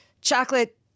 chocolate